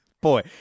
Boy